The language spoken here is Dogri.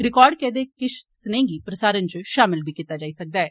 रिकार्ड कीते गेदे किश संदेशें गी प्रसारण च शामल बी कीता जाई सकदा ऐ